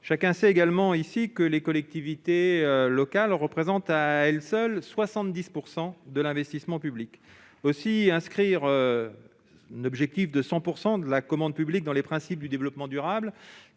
Chacun sait également que les collectivités locales représentent, à elles seules, 70 % de l'investissement public. Inscrire 100 % de la commande publique dans les principes du développement durable,